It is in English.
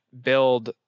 build